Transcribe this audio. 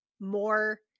more